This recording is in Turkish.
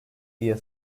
diye